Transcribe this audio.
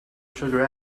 sugar